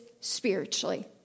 spiritually